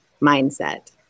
mindset